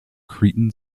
cretan